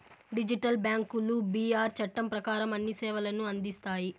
digital బ్యాంకులు బీఆర్ చట్టం ప్రకారం అన్ని సేవలను అందిస్తాయి